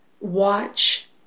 watch